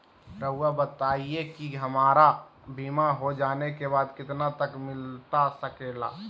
रहुआ बताइए कि हमारा बीमा हो जाने के बाद कितना तक मिलता सके ला?